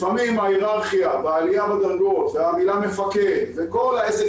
לפעמים ההיררכיה והעלייה בדרגות והמילה מפקד וכל העסק